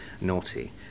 naughty